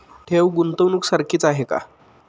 ठेव, गुंतवणूक सारखीच आहे का?